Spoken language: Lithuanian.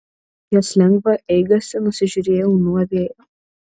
jos lengvą eigastį nusižiūrėjau nuo vėjo